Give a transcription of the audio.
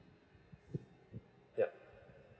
yup